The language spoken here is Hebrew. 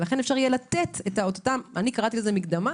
לכן אפשר יהיה לתת אותה מקדמה